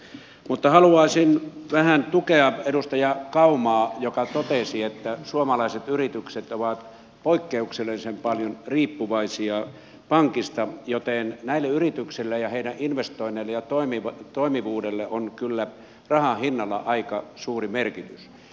mutta haluaisin vähän tukea edustaja kaumaa joka totesi että suomalaiset yritykset ovat poikkeuksellisen paljon riippuvaisia pankeista joten näille yrityksille ja heidän investoinneilleen ja toimivuudelleen on kyllä rahan hinnalla aika suuri merkitys